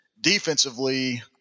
defensively